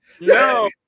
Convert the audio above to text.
No